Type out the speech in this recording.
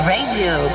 Radio